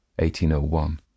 1801